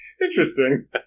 Interesting